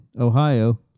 ohio